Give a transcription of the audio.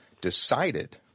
decided